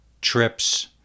trips